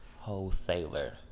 wholesaler